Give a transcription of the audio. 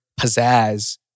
pizzazz